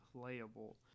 playable